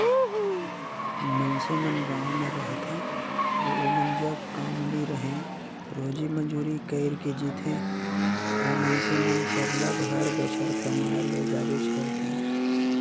मइनसे मन गाँव में रहथें अउ ओमन जग काम नी रहें रोजी मंजूरी कइर के जीथें ओ मइनसे मन सरलग हर बछर कमाए ले जाबेच करथे